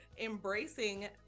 embracing